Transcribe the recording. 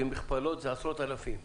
במכפלות זה עשרות אלפים,